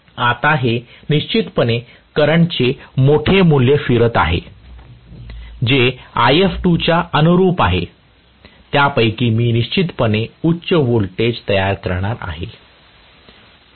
आता ते निश्चितपणे करंटचे मोठे मूल्य फिरत आहे जे If2 च्या अनुरुप आहे त्यापैकी मी निश्चितपणे उच्च व्होल्टेज तयार करणार आहे